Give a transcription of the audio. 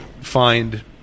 find